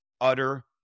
utter